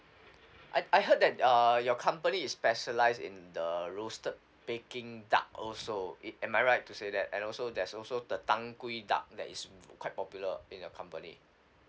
I I heard that err your company is specialised in the roasted peking duck also it am I right to say that and also there's also the tang gui duck that is quite popular in your company